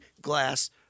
glass